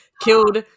killed